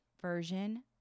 version